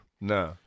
No